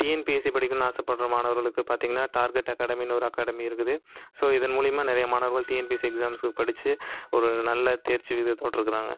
TNPSC படிக்கணுன்னு ஆசைப் படுற மாணவர்களுக்கு பார்த்தீங்கன்னா டார்கட் அகாடமின்னு ஒரு அகாடமி இருக்குது ஸோ இதன் மூலிமா நிறைய மாணவர்கள் டிஎன்பிஎஸ்சி எக்சாம்ஸுக்கு படித்து ஒரு நல்ல தேர்ச்சி விகிதத்தோடு இருக்கிறாங்க